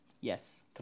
Yes